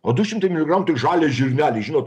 o du šimtai miligramų tai žalias žirnelis žinot